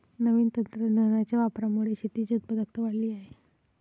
नवीन तंत्रज्ञानाच्या वापरामुळे शेतीची उत्पादकता वाढली आहे